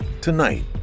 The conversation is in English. Tonight